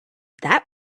that